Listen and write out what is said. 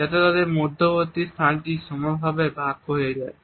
যাতে তাদের মধ্যবর্তী স্থানটি সমানভাবে ভাগ করে নেওয়া যায়